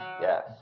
Yes